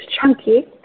chunky